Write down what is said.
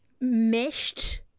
meshed